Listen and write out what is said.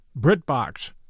BritBox